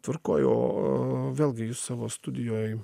tvarkoj o vėlgi jūs savo studijoj